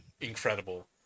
incredible